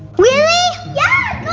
really? yeah